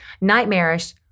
Nightmarish